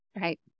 right